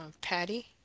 Patty